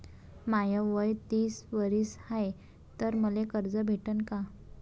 माय वय तीस वरीस हाय तर मले कर्ज भेटन का?